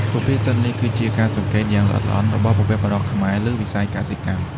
សុភាសិតនេះគឺជាការសង្កេតយ៉ាងល្អិតល្អន់របស់បុព្វបុរសខ្មែរលើវិស័យកសិកម្ម។